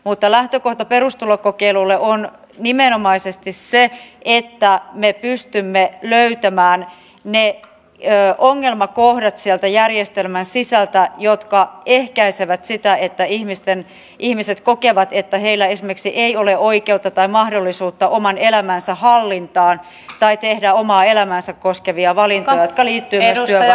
mutta lähtökohta perustulokokeilulle on nimenomaisesti se että me pystymme löytämään sieltä järjestelmän sisältä ne ongelmakohdat jotka aiheuttavat sitä että ihmiset kokevat että heillä esimerkiksi ei ole oikeutta tai mahdollisuutta oman elämänsä hallintaan tai tehdä omaa elämäänsä koskevia valintoja jotka liittyvät myös työn vastaanottamiseen